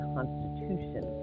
Constitution